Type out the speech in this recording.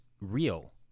real